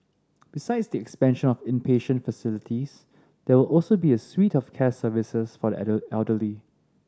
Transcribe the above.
besides the expansion of inpatient facilities there will also be a suite of care services for the elderly